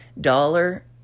dollar